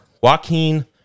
Joaquin